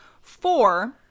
four